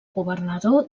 governador